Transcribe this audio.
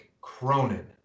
Cronin